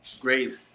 great